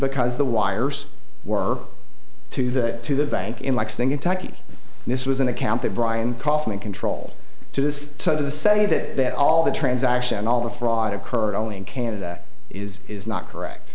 because the wires were to the to the bank in lexington tacky and this was an account that brian kaufman control to this to say that all the transaction all the fraud occurred only in canada is is not correct